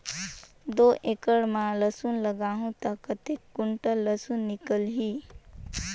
दो एकड़ मां लसुन लगाहूं ता कतेक कुंटल लसुन निकल ही?